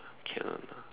can [one] lah